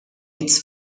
its